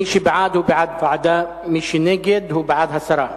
מי שבעד, הוא בעד ועדה, ומי שנגד, הוא בעד הסרה.